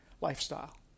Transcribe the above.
lifestyle